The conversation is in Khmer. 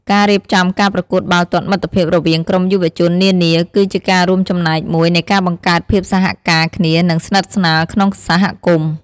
ការរៀបចំការប្រកួតបាល់ទាត់មិត្តភាពរវាងក្រុមយុវជននានា គឺជាការរួមចំណែកមួយនៃការបង្កើតភាពសហការគ្នា និងស្និទ្ធស្នាលក្នុងសហគមន៍។